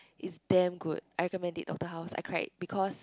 is damn good I recommend it Doctor House I cried because